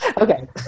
Okay